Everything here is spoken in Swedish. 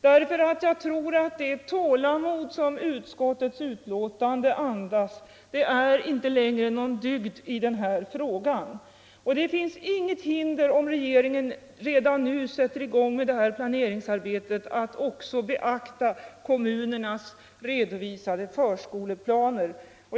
Jag tror nämligen att det tålamod som utskottets betänkande andas inte längre är någon dygd i den här frågan. Det finns inget hinder om regeringen redan nu sätter i gång med det här planeringsarbetet att också beakta kommunernas redovisade förskoleplaner.